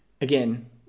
Again